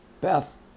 Beth